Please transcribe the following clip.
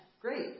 great